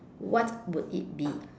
what would it be